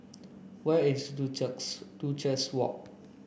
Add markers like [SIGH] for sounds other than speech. where is [UNINTELLIGIBLE] Duchess Walk